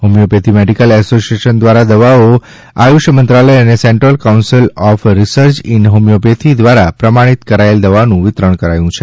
homeopathy medical association દ્વારા દવાઓ આયુષ મંત્રાલય અને central council of research in homeopathy દ્વારા પ્રમાણિત કરાયેલી દવાઓનું વિતરણ કરાય છે